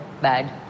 bad